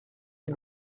des